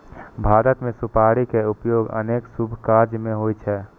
भारत मे सुपारी के उपयोग अनेक शुभ काज मे होइ छै